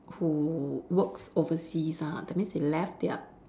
who works overseas ah that means they left their